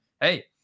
hey